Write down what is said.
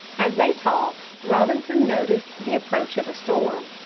as they talked robinson noticed the approach of a storm.